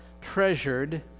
treasured